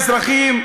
כל האזרחים,